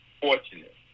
fortunate